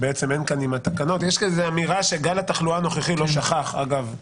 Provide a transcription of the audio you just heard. יש איזו אמירה שגל התחלואה הנוכחי לא שכך אגב,